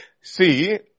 See